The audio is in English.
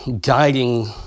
guiding